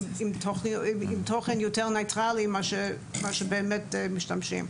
תוכן יותר ניטרלי ממה שבאמת משתמשים,